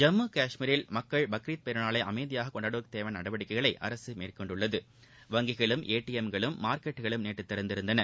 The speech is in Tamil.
ஜம்மு கஷ்மீரில் மக்கள் பக்ரீத் பெருநாளை அமைதியாக கொண்டாடுவதற்கு தேவையாள நடவடிக்கைகளை அரசு வங்கிகளும் ஏடிஎம்களும் மார்க்கெட்களும் நேற்று திறந்திருந்தன